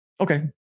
Okay